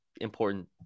important